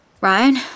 Ryan